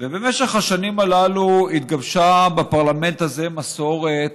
ובמשך השנים הללו התגבשה בפרלמנט הזה מסורת